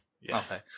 Yes